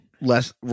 less